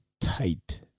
tight